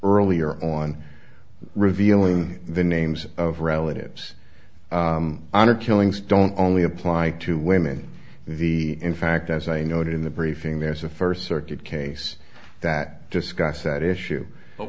earlier on revealing the names of relatives honor killings don't only apply to women the in fact as i noted in the briefing there's a first circuit case that discuss that issue but